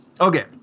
Okay